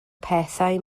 pethau